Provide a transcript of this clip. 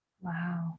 Wow